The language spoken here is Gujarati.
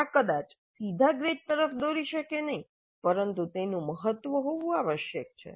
આ કદાચ સીધા ગ્રેડ તરફ દોરી શકે નહીં પરંતુ તેનું મહત્વ હોવું આવશ્યક છે